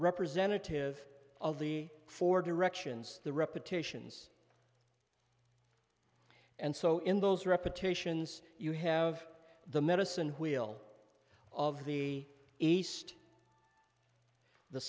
representative of the four directions the repetitions and so in those repetitions you have the medicine wheel of the east the